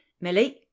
milly